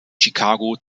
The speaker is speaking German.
chicago